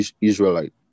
Israelite